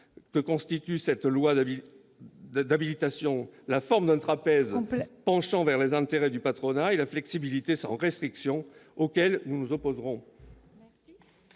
que constitue cette loi d'habilitation la forme d'un trapèze penchant vers les intérêts du patronat et la flexibilité sans restriction. Nous nous y opposons.